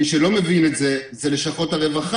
מי שלא מבין את זה הן לשכות הרווחה.